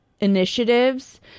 initiatives